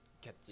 catch